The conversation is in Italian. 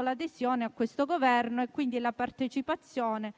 l'adesione a questo Governo e, quindi, la partecipazione